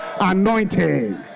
anointing